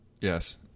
Yes